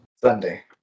Sunday